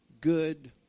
good